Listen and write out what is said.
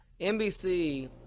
NBC